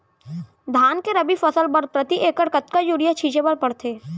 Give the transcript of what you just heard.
धान के रबि फसल बर प्रति एकड़ कतका यूरिया छिंचे बर पड़थे?